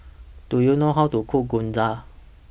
Do YOU know How to Cook Gyoza